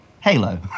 Halo